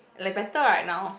like better right now